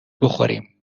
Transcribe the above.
بخوریم